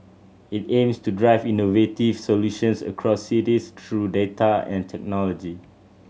it aims to drive innovative solutions across cities through data and technology